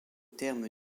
terme